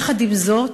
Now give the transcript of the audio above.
יחד עם זאת,